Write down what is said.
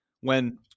when-